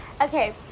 Okay